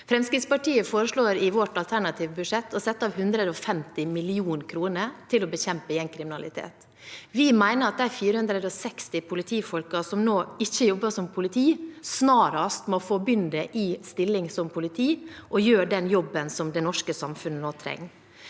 Fremskrittspartiet foreslår i sitt alternative budsjett å sette av 150 mill. kr til å bekjempe gjengkriminalitet. Vi mener at de 460 politifolkene som nå ikke jobber som politi, snarest må få begynne i en stilling som politi og gjøre den jobben som det norske samfunnet nå trenger.